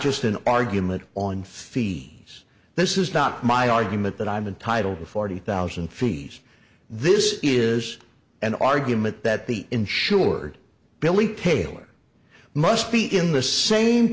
just an argument on thi s this is not my argument that i'm entitled to forty thousand feet this is an argument that the insured billy taylor must be in the same